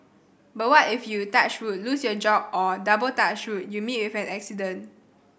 but what if you touch wood lose your job or double touch wood you meet with an accident